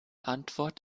antwort